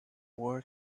war